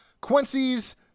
Quincy's